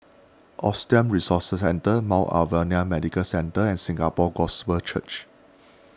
Autism Resource Centre Mount Alvernia Medical Centre and Singapore Gospel Church